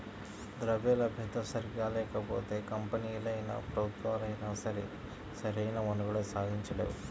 ద్రవ్యలభ్యత సరిగ్గా లేకపోతే కంపెనీలైనా, ప్రభుత్వాలైనా సరే సరైన మనుగడ సాగించలేవు